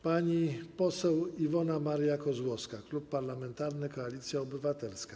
Pani poseł Iwona Maria Kozłowska, Klub Parlamentarny Koalicja Obywatelska.